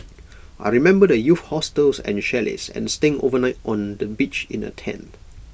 I remember the youth hostels and chalets and staying overnight on the beach in A tent